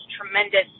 tremendous